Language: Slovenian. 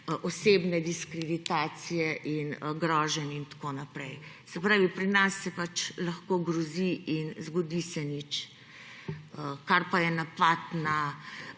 osebne diskretizacije in groženj in tako in tako naprej. Se pravi, pri nas se pač lahko grozi in zgodi se nič. Kar pa je napad na